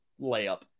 layup